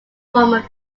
former